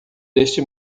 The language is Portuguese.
deste